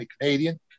Canadian